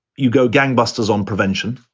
you go gangbusters on prevention,